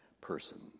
person